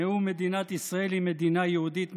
נאום מדינת ישראל היא מדינה יהודית מס'